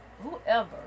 whoever